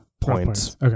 points